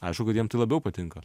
aišku kad jiem tai labiau patinka